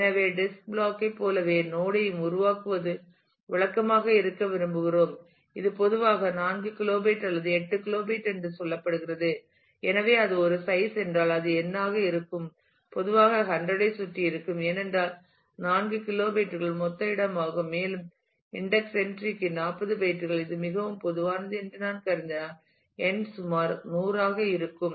எனவே disk block ஐ போலவே நோட் யையும் உருவாக்குவது வழக்கமாக இருக்க விரும்புகிறோம் இது பொதுவாக 4 கிலோபைட் அல்லது 8 கிலோபைட் என்று சொல்லப்படுகிறது எனவே அது ஒரு சைஸ் என்றால் அது n ஆக இருக்கும் பொதுவாக 100 ஐச் சுற்றி இருக்கும் ஏனென்றால் 4 கிலோபைட்டுகள் மொத்த இடமாகும் மேலும் இன்டெக்ஸ் என்றி க்கு 40 பைட்டுகள் இது மிகவும் பொதுவானது என்று நான் கருதினால் n சுமார் 100 ஆக இருக்கும்